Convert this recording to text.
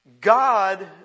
God